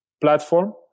platform